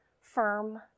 firm